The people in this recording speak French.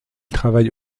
travaille